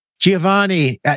Giovanni